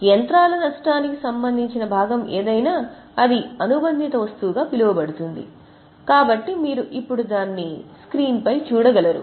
యంత్రాల నష్టానికి సంబంధించిన భాగం ఏమైనా అది అనుబంధిత వస్తువుగా పిలువబడుతుంది కాబట్టి మీరు ఇప్పుడు దాన్ని తెరపై చూడగలరు